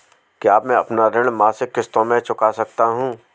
क्या मैं अपना ऋण मासिक किश्तों में चुका सकता हूँ?